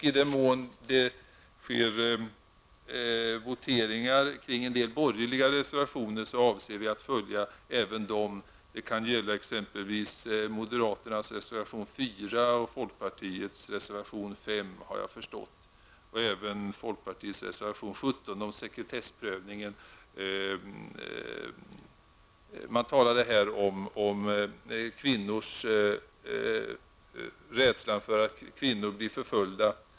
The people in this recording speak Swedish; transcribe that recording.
I den mån det blir voteringar om en del borgerliga reservationer avser vi att stödja dem. Det kan, har jag förstått, gälla exempelvis moderaternas reservation 4, folkpartiets reservation 5 och även folkpartiets reservation 17 om sekretessprövningen. Man talade här om rädslan för att kvinnor blir förföljda.